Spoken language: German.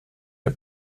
der